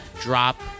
drop